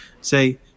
say